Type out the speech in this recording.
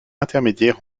intermédiaire